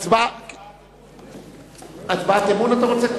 אפשר לראות בזה הצבעת אמון.